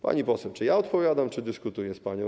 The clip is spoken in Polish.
Pani poseł, czy ja odpowiadam, czy dyskutuję z panią?